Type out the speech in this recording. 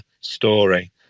story